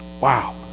Wow